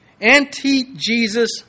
Anti-Jesus